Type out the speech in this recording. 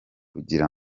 kugira